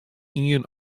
ien